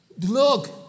Look